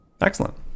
Excellent